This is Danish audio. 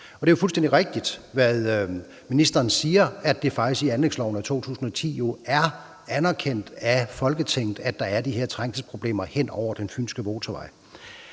Det er jo fuldstændig rigtigt, hvad ministeren siger, at det i anlægsloven af 2010 faktisk er anerkendt af Folketinget, at der er de her trængselsproblemer hen over den fynske motorvej.